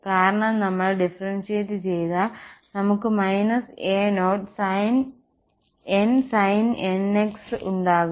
കാരണം നമ്മൾ ഡിഫറന്സിയേറ്റ് ചെയ്താൽ നമുക്ക് −a0 nsin nx ഉണ്ടാകും